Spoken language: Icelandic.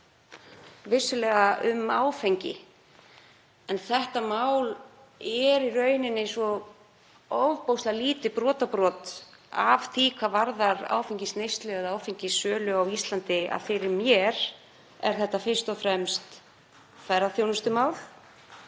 vissulega um áfengi er það í rauninni svo ofboðslega lítið, aðeins brotabrot af því sem varðar áfengisneyslu eða áfengissölu á Íslandi, að fyrir mér er þetta fyrst og fremst ferðaþjónustumál.